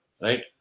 Right